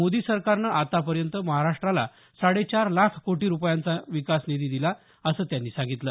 मोदी सरकारनं आतापर्यंत महाराष्ट्राला साडे चार लाख कोटी रुपयांचा विकास निधी दिला असं त्यांनी सांगितलं